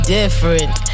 different